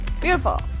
Beautiful